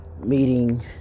meeting